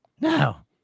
now